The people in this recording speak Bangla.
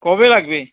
কবে লাগবে